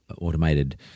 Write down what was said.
automated